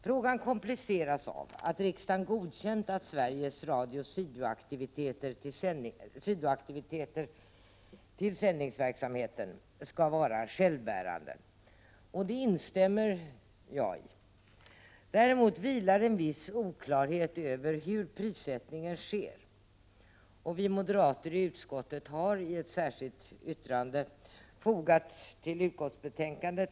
Frågan kompliceras av att riksdagen godkände att Sveriges Radios sidoaktiviteter till sändningsverksamheten skall vara självbärande. Jag instämmer i det. Däremot vilar vissa oklarheter över hur prissättningen sker. Vi moderater i utskottet har avgett ett särskilt yttrande som är fogat till utskottsbetänkandet.